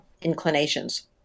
inclinations